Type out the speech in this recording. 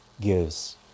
gives